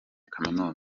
kaminuza